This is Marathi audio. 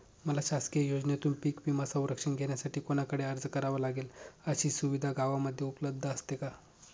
मला शासकीय योजनेतून पीक विमा संरक्षण घेण्यासाठी कुणाकडे अर्ज करावा लागेल? अशी सुविधा गावामध्ये उपलब्ध असते का?